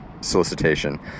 solicitation